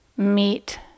meet